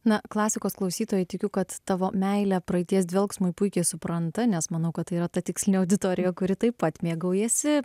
na klasikos klausytojai tikiu kad tavo meilę praeities dvelksmui puikiai supranta nes manau kad tai yra ta tikslinė auditorija kuri taip pat mėgaujasi